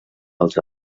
dels